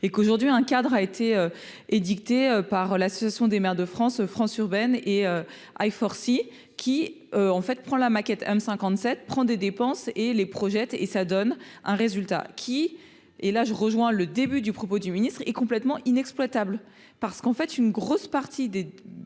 et qu'aujourd'hui un cadre a été édictée par l'Association des maires de France France urbaine et forcit qui en fait prend la maquette, M. 57 prend des dépenses et les projets et ça donne un résultat qui est là, je rejoins le début du propos du ministre est complètement inexploitables parce qu'en fait une grosse partie des dépenses